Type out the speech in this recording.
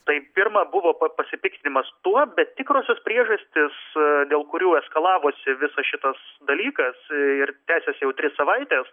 tai pirma buvo pa pasipiktinimas tuo bet tikrosios priežastys dėl kurių eskalavosi visas šitas dalykas ir tęsiasi jau tris savaites